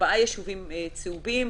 ארבעה יישובים צהובים.